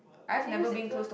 your neighbours next door